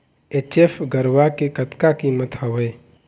HF गरवा के कतका कीमत हवए?